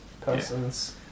persons